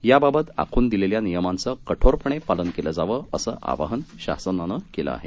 याबाबत आखून दिलेल्या नियमांचं कठोरपणे पालन केलं जावं असं आवाहन शासनानं केला आहे